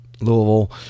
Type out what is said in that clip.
louisville